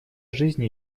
жизни